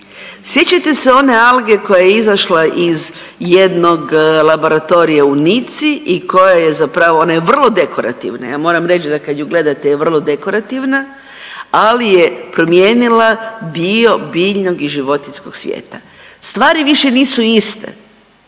Sjećate se one alge koja je izašla iz jednog laboratorija u Nici i koja je zapravo ona je vrlo dekorativna, ja moram reći da kad ju gledate je vrlo dekorativna, ali je promijenila dio biljnog i životinjskog svijeta. Stvari više nisu iste.